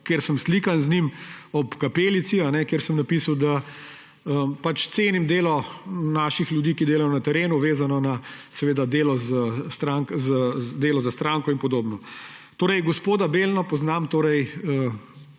kjer sem slikan z njim ob kapelici, kjer sem napisal, da cenim delo naših ljudi, ki delajo na terenu, vezano seveda na delo za stranko in podobno. Gospoda Belno poznam torej,